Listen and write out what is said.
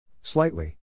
Slightly